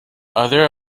other